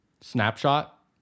snapshot